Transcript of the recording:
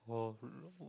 !wah!